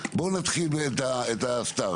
בואו נתחיל את הסטרט,